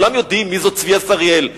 כולם יודעים מי זאת צביה שריאל,